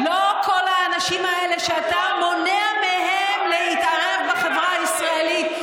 לא כל האנשים האלה שאתה מונע מהם להתערב בחברה הישראלית,